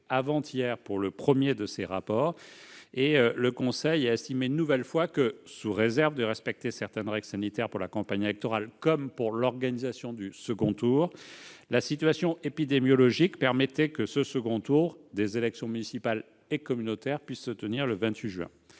avant-hier, s'agissant du premier de ces rapports, et le conseil a une nouvelle fois estimé que, sous réserve du respect de certaines règles sanitaires, pour la campagne électorale comme pour l'organisation du scrutin, la situation épidémiologique permettait que ce second tour des élections municipales et communautaires se tienne le 28 juin